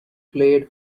played